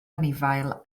anifail